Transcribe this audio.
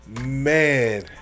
man